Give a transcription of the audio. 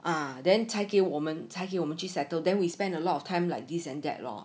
ah then 才给我们才给我们去 settle them we spend a lot of time like this and that lor